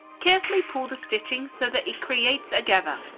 carefully pull the stitching so that it creates a gather.